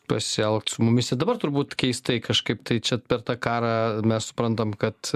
pasielgt su mumis ir dabar turbūt keistai kažkaip tai čia per tą karą mes suprantam kad